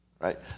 right